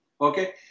Okay